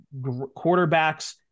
quarterbacks